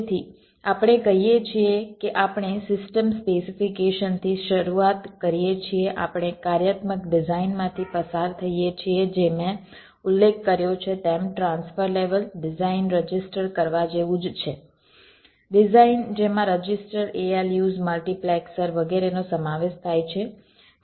તેથી આપણે કહીએ છીએ કે આપણે સિસ્ટમ સ્પેસિફીકેશનથી શરૂઆત કરીએ છીએ આપણે કાર્યાત્મક ડિઝાઇનમાંથી પસાર થઈએ છીએ જે મેં ઉલ્લેખ કર્યો છે તેમ ટ્રાન્સફર લેવલ ડિઝાઇન રજીસ્ટર કરવા જેવું જ છે ડિઝાઇન જેમાં રજિસ્ટર ALUs મલ્ટિપ્લેક્સર વગેરેનો સમાવેશ થાય છે